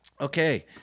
okay